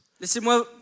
Laissez-moi